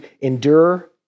endure